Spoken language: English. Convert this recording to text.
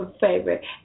favorite